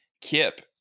Kip